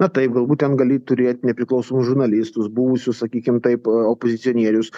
na taip galbūt ten gali turėt nepriklausomus žurnalistus buvusius sakykim taip opozicionierius